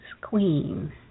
Queen